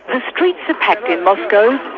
the streets are packed in moscow.